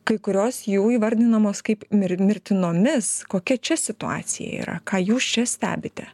kai kurios jų įvardinamos kaip mir mirtinomis kokia čia situacija yra ką jūs čia stebite